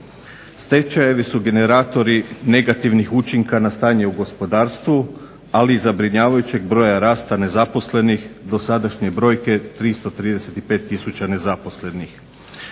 Stečajevi su generatori negativnih učinka na stanje u gospodarstvu ali i zabrinjavajućeg broja rasta nezaposlenih, dosadašnje brojke 335000 nezaposlenih.